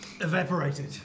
evaporated